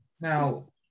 Now